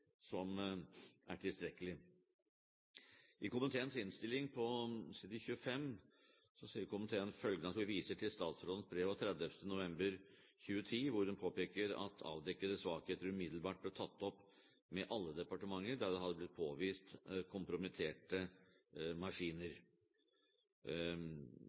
som er tilstrekkelig. I innstillingen på side 25 sier komiteen følgende: «Komiteen viser til statsrådens brev av 30. november 2010 hvor hun påpeker at avdekkede svakheter umiddelbart ble tatt opp med alle departementer der det hadde blitt påvist kompromitterte